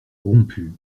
rompue